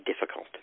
difficult